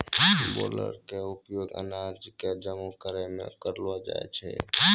baler के उपयोग अनाज कॅ जमा करै मॅ करलो जाय छै